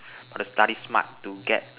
gotta study smart to get